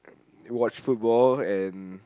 watch football and